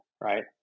right